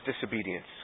disobedience